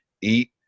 eat